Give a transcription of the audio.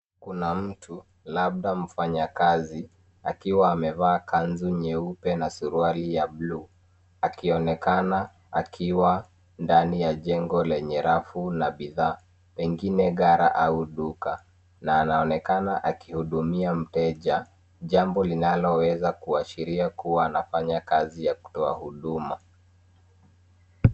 Kuna mtu labda mfanya kazi akiwa amevaa kanzu nyeupe na suruali ya bluu, akionekana akiwa ndani ya jengo lenye rafu na bidhaa. Pengine gala au duka, na anaonekana aki hudumia mteja, jambo linaloweza kuashiria kuwa anafanya kazi ya kutoa huduma.